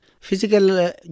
Physical